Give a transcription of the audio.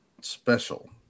Special